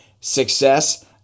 success